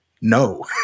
no